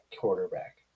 quarterback